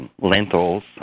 lentils